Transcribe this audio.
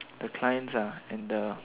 the clients ah and the